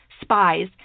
spies